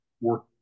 work